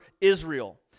Israel